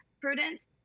prudence